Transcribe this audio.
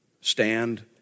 stand